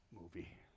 movie